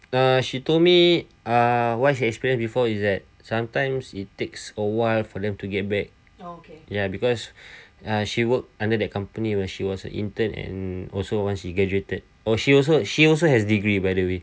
uh she told me err what she experienced before is that sometimes it takes a while for them to get back ya because uh she worked under that company when she was intern and also when she graduated oh she also she also has degree by the way